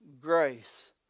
grace